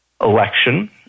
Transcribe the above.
election